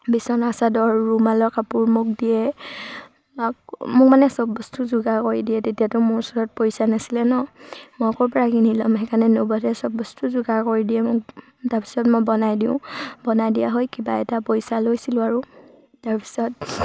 বিচনা চাদৰ ৰুমালৰ কাপোৰ মোক দিয়ে মোক মানে সব বস্তু যোগাৰ কৰি দিয়ে তেতিয়াতো মোৰ ওচৰত পইচা নাছিলে নহ্ মই ক'ৰ পৰা কিনি ল'ম সেইকাৰণে নবৌহঁতে সব বস্তু যোগাৰ কৰি দিয়ে মোক তাৰপিছত মই বনাই দিওঁ বনাই দিয়া হৈ কিবা এটা পইচা লৈছিলোঁ আৰু তাৰপিছত